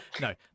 no